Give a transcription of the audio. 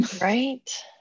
Right